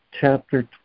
Chapter